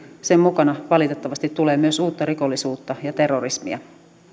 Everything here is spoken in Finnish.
sen mukana valitettavasti tulee myös uutta rikollisuutta ja terrorismia